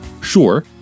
Sure